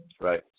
Right